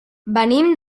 venim